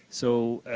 so,